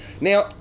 Now